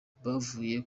bavuye